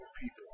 people